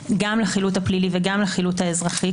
גם לחילוט הפלילי וגם לחילוט האזרחי,